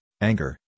anger